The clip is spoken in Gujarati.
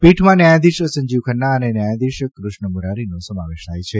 પીઠમાં ન્યાયાધીશ સંજીવ ખન્ના અને ન્યાયાધીશ કુષણ મુરારીનો સમાવેશ થાય છે